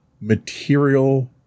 material